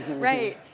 right,